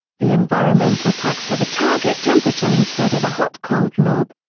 the environmental packs have a target temperature instead of a hot-cold knob.